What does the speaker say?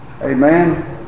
Amen